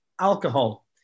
alcohol